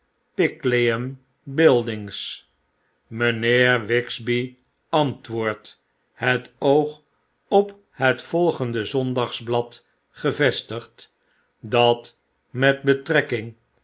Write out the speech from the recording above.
buildings mynheer wigsby antwoordt het oog op het volgende zondagsblad gevestigd dat met betrekking